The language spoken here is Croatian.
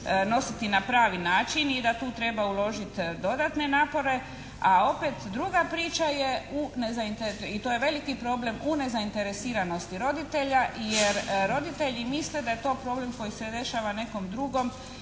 nositi na pravi način i da tu treba uložiti dodatne napore. A opet druga priča je i to je veliki problem u nezainteresiranosti roditelja jer roditelji misle da je to problem koji se dešava nekome drugom